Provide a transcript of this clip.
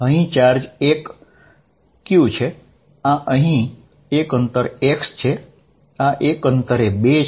અહીં charge 1 q છે આ અહીં એક અંતર x છે આ એક અંતરે 2 છે